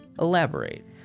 Elaborate